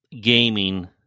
gaming